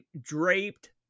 draped